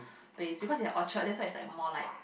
place because there are Orchard that's why is like more like